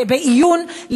בעיון,